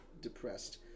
depressed